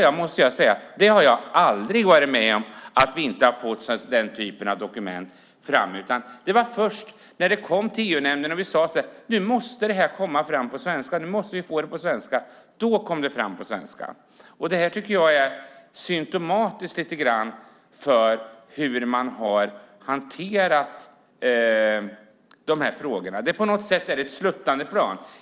Jag måste säga att jag aldrig har varit med om att vi inte har fått fram den typen av dokument. Det var först när det kom till EU-nämnden och vi sade att vi måste få det på svenska som det kom på svenska. Detta tycker jag är lite symtomatiskt för hur man har hanterat de här frågorna. På något sätt är det ett sluttande plan.